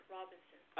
Robinson